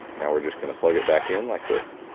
now we're just gonna plug it back in like this.